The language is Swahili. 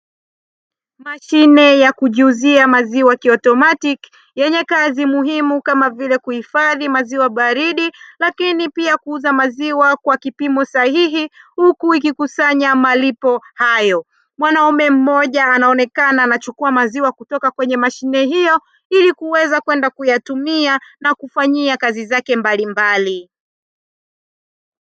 Mashine ya kuuzia maziwa kiautomatiki yenye kazi muhimu kama vile kuhifadhi maziwa baridi, lakini pia kuuza maziwa kwa kipimo sahihi huku ikikusanya malipo hayo. Mwanaume mmoja anaonekana anachukua maziwa kutoka kwenye mashine hiyo ili kwenda kuyatumia na kufanyia kazi zake mbalimbali.